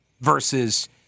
versus